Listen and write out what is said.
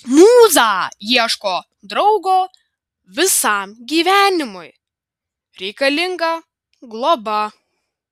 mūza ieško draugo visam gyvenimui reikalinga globa